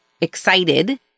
excited